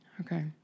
Okay